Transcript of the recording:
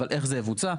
אבל איך זה יבוצע?